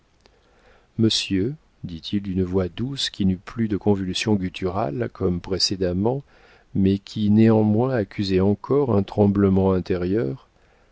monsieur dit-il d'une voix douce qui n'eut plus de convulsions gutturales comme précédemment mais qui néanmoins accusait encore un tremblement intérieur